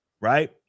right